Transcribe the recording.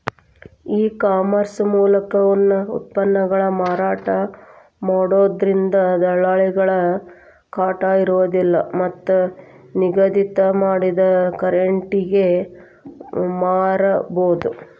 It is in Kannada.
ಈ ಕಾಮರ್ಸ್ ಮೂಲಕ ಉತ್ಪನ್ನಗಳನ್ನ ಮಾರಾಟ ಮಾಡೋದ್ರಿಂದ ದಲ್ಲಾಳಿಗಳ ಕಾಟ ಇರೋದಿಲ್ಲ ಮತ್ತ್ ನಿಗದಿ ಮಾಡಿದ ರಟೇಗೆ ಮಾರಬೋದು